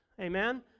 amen